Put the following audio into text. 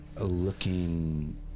looking